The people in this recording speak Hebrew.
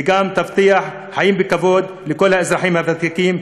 וגם תבטיח חיים בכבוד לכל האזרחים הוותיקים,